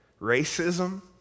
racism